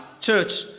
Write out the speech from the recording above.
Church